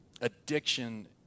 addiction